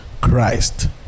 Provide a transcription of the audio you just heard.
Christ